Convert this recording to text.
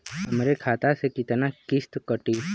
हमरे खाता से कितना किस्त कटी?